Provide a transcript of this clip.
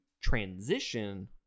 transition